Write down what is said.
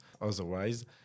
otherwise